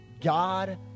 God